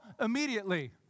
Immediately